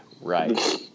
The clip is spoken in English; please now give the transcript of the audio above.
Right